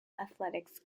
athletics